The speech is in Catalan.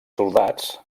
soldats